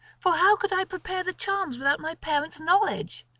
for how could i prepare the charms without my parents' knowledge?